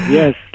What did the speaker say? yes